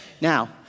Now